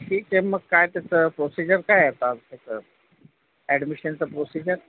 ठीक आहे मग काय त्याचं प्रोसिजर काय आहे आता त्याचं ॲडमिशनचं प्रोसिजर